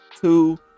Two